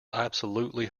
absolutely